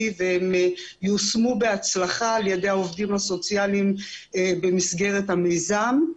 והם יושמו בהצלחה על ידי העובדים הסוציאליים במסגרת המיזם.